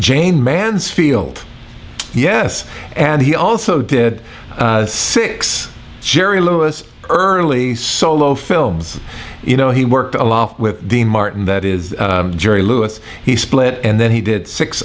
jane mansfield yes and he also did six jerry lewis early solo films you know he worked a lot with dean martin that is jerry lewis he split and then he did six